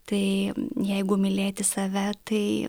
tai jeigu mylėti save tai